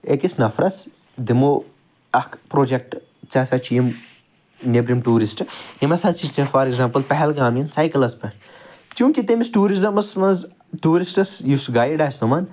أکِس نَفرَس دِمو اکھ پرٛوجیٚکٹہٕ ژےٚ ہَسا چھی یِم نیٚبرِم ٹیٛوٗرِسٹہٕ یِم ہَسا چھی ژےٚ فار ایٚگزامپٕل پہلگام نِنۍ سایکَلَس پٮ۪ٹھ چونٛکہ تٔمِس ٹیٛورِزمَس مَنٛز ٹیٛورِسٹَس یُس گایڈ آسہِ تِمَن